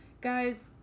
Guys